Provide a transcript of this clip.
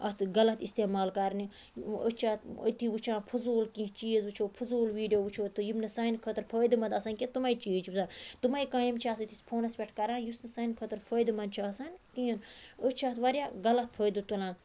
اتھ غَلَط اِستعمال کَرنہٕ أسۍ چھِ اتھ أتی وٕچھان فضول کینٛہہ چیٖز وٕچھو فضول ویٖڈیو وٕچھو تہٕ یِم نہٕ سانہِ خٲطرٕ فٲیدٕ منٛد آسَن کینٛہہ تِمے چیٖز چھِ وٕچھان تِمے کامہِ چھِ آسان أسۍ پھونَس پیٚٹھ کَران یُس نہٕ سانہِ خٲطرٕ فٲیدٕ مَنٛد چھُ آسان کِہیٖن أسۍ چھِ اتھ واریاہ غَلَط فٲیدٕ تُلان